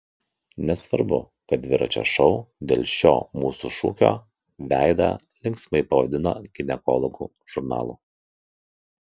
nesvarbu kad dviračio šou dėl šio mūsų šūkio veidą linksmai pavadino ginekologų žurnalu